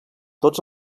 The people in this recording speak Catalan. tots